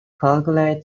calculate